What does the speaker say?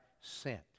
sent